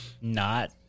not-